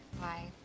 Hi